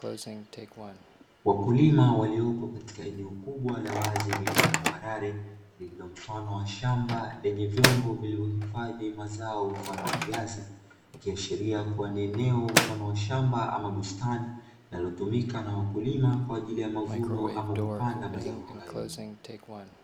Wakulima waliopo katika eneo kubwa la wazi lililo tambarare, lililo mfano wa shamba lenye vyombo vilivyohifadhi mazao mfano wa viazi, ikiashiria kuwa ni eneo mfano wa shamba ama bustani; linalotumika na wakulima kwa ajili ya mavuno ama kupanda mazao hayo.